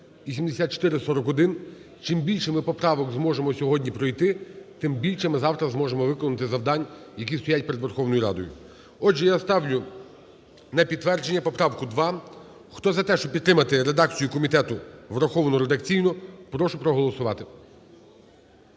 і 7441. Чим більше ми поправок зможемо сьогодні пройти, тим більше ми завтра зможемо виконати завдань, які стоять перед Верховною Радою. Отже, я ставлю на підтвердження поправку 2. Хто за те, щоб підтримати редакцію комітету "враховано редакційно", прошу проголосувати.